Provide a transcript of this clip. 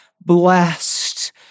blessed